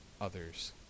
others